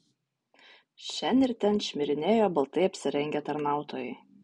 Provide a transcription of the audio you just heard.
šen ir ten šmirinėjo baltai apsirengę tarnautojai